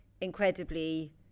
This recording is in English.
incredibly